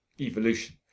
evolution